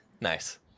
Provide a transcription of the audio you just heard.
nice